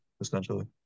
essentially